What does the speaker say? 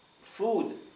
food